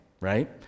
right